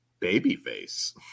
babyface